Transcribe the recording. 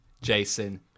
Jason